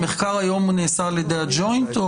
המחקר היום נעשה על ידי הגו'ינט?